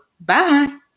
Bye